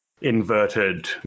inverted